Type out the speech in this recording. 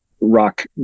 rock